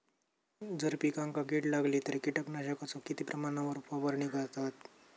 जर पिकांका कीड लागली तर कीटकनाशकाचो किती प्रमाणावर फवारणी करतत?